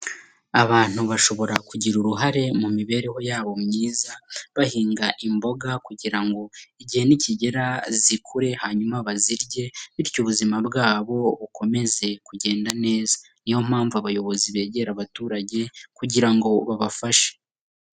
Abantu bashobora kugira uruhare mu mibereho yabo myiza, bahinga imboga kugira ngo igihe nikigera zikure, hanyuma bazirye bityo ubuzima bwabo bukomeze kugenda neza. Ni yo mpamvu abayobozi begera abaturage kugira ngo babafashe.